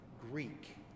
Greek